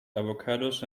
avocados